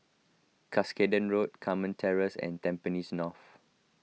Cuscaden Road Carmen Terrace and Tampines North